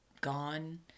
gone